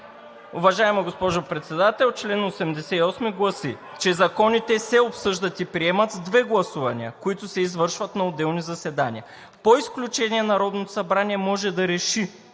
Уважаема госпожо Председател, чл. 88 гласи: „Законите се обсъждат и приемат с две гласувания, които се извършват на отделни заседания. По изключение Народното събрание може да реши